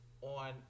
on